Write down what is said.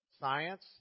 science